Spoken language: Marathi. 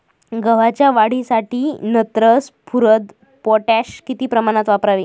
गव्हाच्या वाढीसाठी नत्र, स्फुरद, पोटॅश किती प्रमाणात वापरावे?